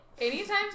Anytime